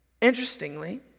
Interestingly